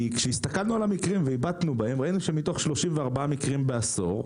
כי כשהסתכלנו על המקרים ראינו שמתוך 34 מקרים בעשור,